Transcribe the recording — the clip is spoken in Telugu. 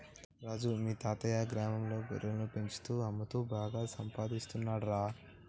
రాజు మీ తాతయ్యా గ్రామంలో గొర్రెలను పెంచుతూ అమ్ముతూ బాగా సంపాదిస్తున్నాడురా